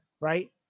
Right